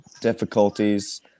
difficulties